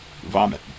vomit